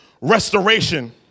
restoration